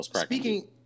speaking